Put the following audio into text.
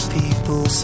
people